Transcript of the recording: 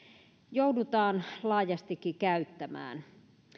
joudutaan laajastikin käyttämään